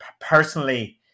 personally